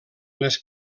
les